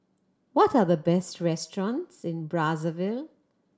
what are the best restaurants in Brazzaville